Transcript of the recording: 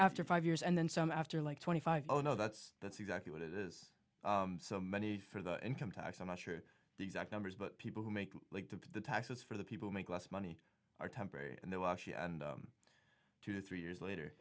after five years and then some after like twenty five oh no that's that's exactly what it is so many for the income tax i'm not sure the exact numbers but people who make like the taxes for the people who make less money are temporary and there were actually two to three years later